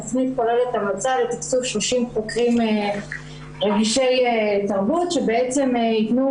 התכנית כוללת המלצה לתקצוב 30 חוקרים רגישי תרבות שבעצם יתנו